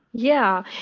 yeah.